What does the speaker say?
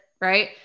right